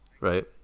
right